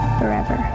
forever